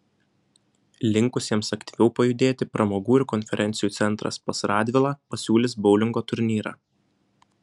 linkusiems aktyviau pajudėti pramogų ir konferencijų centras pas radvilą pasiūlys boulingo turnyrą